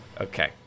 Okay